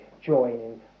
join